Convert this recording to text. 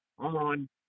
on